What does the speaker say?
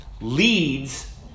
leads